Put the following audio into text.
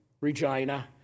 Regina